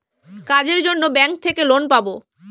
কাজের জন্য ব্যাঙ্ক থেকে লোন পাবো